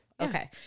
Okay